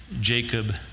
Jacob